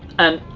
and,